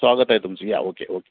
स्वागत आहे तुमचं या ओके ओके